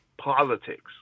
politics